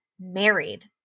married